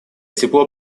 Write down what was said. тепло